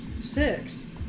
Six